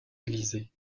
élysées